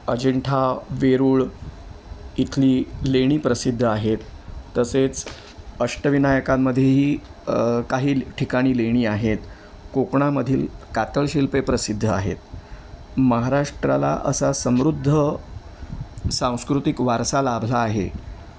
अजिंठा वेरूळ इथली लेणी प्रसिद्ध आहेत तसेच अष्टविनायकांमध्येही काही ठिकाणी लेणी आहेत कोकणामधील कातळ शिल्पे प्रसिद्ध आहेत महाराष्ट्राला असा समृद्ध सांस्कृतिक वारसा लाभला आहे